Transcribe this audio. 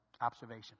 observation